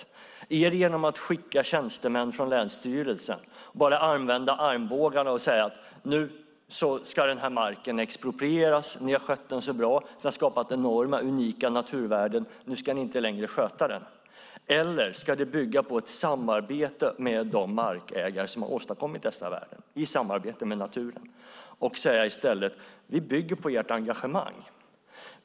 Är det genom att skicka tjänstemän från länsstyrelsen, använda armbågarna och säga att marken ska exproprieras? Ska vi säga: Ni har skött den så bra och skapat enorma unika naturvärden, och nu ska ni inte längre sköta den? Eller ska det bygga på ett samarbete med de markägare som har åstadkommit dessa värden i samarbete med naturen? Vi kan i stället säga: Vi bygger på ert engagemang.